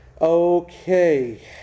Okay